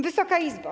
Wysoka Izbo!